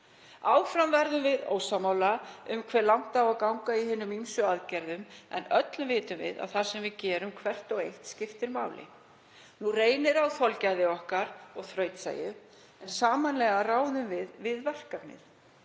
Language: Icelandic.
Áfram verðum við ósammála um hve langt á að ganga í hinum ýmsu aðgerðum en öll vitum við að það sem við gerum hvert og eitt skiptir máli. Nú reynir á þolgæði okkar og þrautseigju. Sameiginlega ráðum við við verkefnið.